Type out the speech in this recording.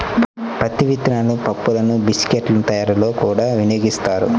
పత్తి విత్తనాల పప్పులను బిస్కెట్ల తయారీలో కూడా వినియోగిస్తారు